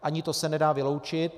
Ani to se nedá vyloučit.